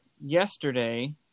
yesterday